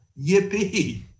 yippee